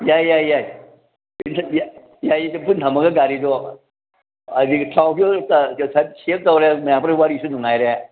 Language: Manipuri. ꯌꯥꯏ ꯌꯥꯏ ꯌꯥꯏ ꯌꯥꯏꯌꯦ ꯄꯨꯟꯅ ꯊꯝꯃꯒ ꯒꯥꯔꯤꯗꯣ ꯍꯥꯏꯗꯤ ꯊꯥꯎꯁꯨ ꯁꯦꯞ ꯇꯧꯔꯦ ꯃꯌꯥꯝ ꯄꯨꯝꯅꯃꯛ ꯋꯥꯔꯤꯁꯨ ꯅꯨꯡꯉꯥꯏꯔꯦ